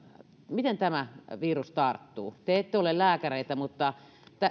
miten tämä virus tarttuu te ette ole lääkäreitä mutta